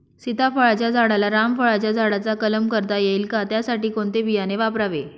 सीताफळाच्या झाडाला रामफळाच्या झाडाचा कलम करता येईल का, त्यासाठी कोणते बियाणे वापरावे?